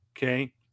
Okay